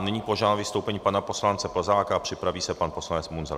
Nyní požádám o vystoupení pana poslance Plzáka a připraví se pan poslanec Munzar.